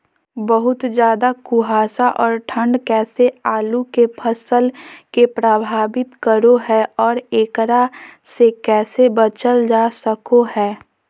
बहुत ज्यादा कुहासा और ठंड कैसे आलु के फसल के प्रभावित करो है और एकरा से कैसे बचल जा सको है?